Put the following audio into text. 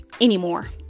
anymore